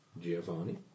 Giovanni